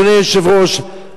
אדוני היושב-ראש,